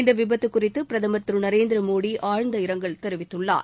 இந்த விபத்து குறித்து பிரதமர் திரு நரேந்திர மோடி ஆழ்ந்த இரங்கல் தெரிவித்துள்ளார்